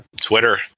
Twitter